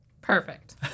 Perfect